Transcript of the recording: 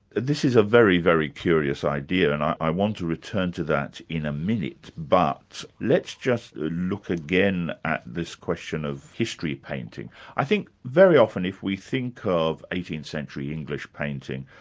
this is a very, very curious idea and i i want to return to that in a minute. but let's just look again at this question of history painting. i think very often if we think of eighteenth century english painting,